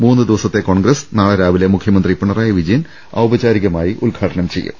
മൂന്നുദിവസത്തെ congress നാളെ രാവിലെ മുഖ്യമന്ത്രി പിണ റായി വിജയൻ ഔപചാരികമായി ഉദ്ഘാടനം ചെയ്യും